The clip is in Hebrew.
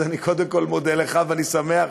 אז אני קודם כול מודה לך ואני שמח,